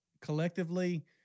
collectively